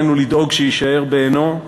עלינו לדאוג שיישאר בעינו,